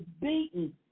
beaten